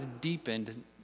deepened